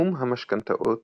תחום המשכנתאות,